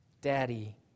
Daddy